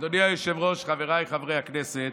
חבריי חברי הכנסת,